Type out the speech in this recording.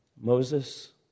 Moses